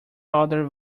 other